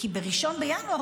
כי ב-1 בינואר,